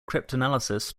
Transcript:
cryptanalysis